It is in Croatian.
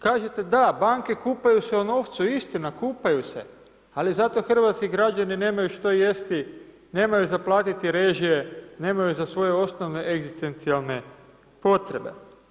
Kažete da, banke kupaju se u novcu, istina, kupaju se, ali zato hrvatski građani nemaju što jesti, nemaju za platiti režije, nemaju za svoje osnovne egzistencijalne potrebe.